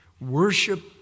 Worship